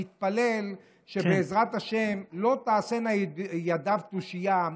נתפלל שבעזרת השם לא תעשינה ידיו תושייה.